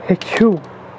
ہیٚچھِو